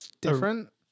Different